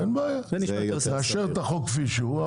אנחנו נאשר את החוק כפי שהוא,